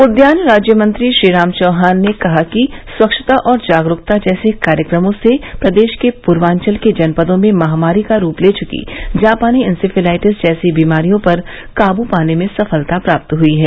उद्यान राज्य मंत्री श्रीराम चौहान ने कहा कि स्वच्छता और जागरूकता जैसे कार्यक्रमों से प्रदेश के पूर्वांचल के जनपदों में महामारी का रूप ले च्की जापानी इंसेफेलाइटिस जैसी बीमारियों पर काबू पाने में सफलता प्राप्त हई है